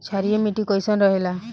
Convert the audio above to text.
क्षारीय मिट्टी कईसन रहेला?